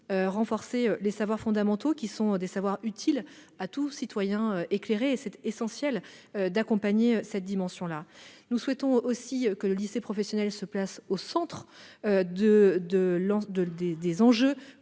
renforcer les savoirs fondamentaux, qui sont des utiles à tout citoyen éclairé. Il est essentiel d'accompagner cette dimension. Nous souhaitons également que le lycée professionnel soit au centre des enjeux